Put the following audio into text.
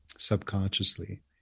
subconsciously